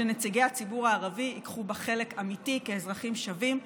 ושנציגי הציבור הערבי ייקחו בה חלק אמיתי כאזרחים שווים ושותפים.